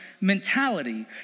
mentality